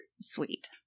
sweet